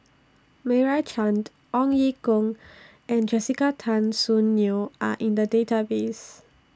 Meira Chand Ong Ye Kung and Jessica Tan Soon Neo Are in The Database